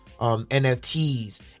nfts